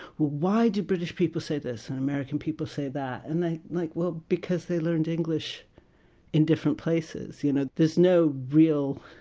why do british people say this and american people say that? and i'm like, well, because they learned english in different places. you know there's no real